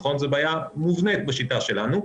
זו בעיה מובנית בשיטה שלנו,